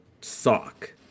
sock